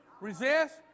resist